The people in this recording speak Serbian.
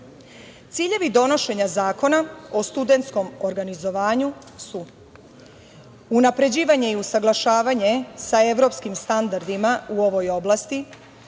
donošenja zakona o studentskom organizovanju su: unapređivanje i usaglašavanje sa evropskim standardima u ovoj oblasti,